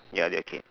ya they're okay